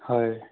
হয়